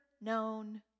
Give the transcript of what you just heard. known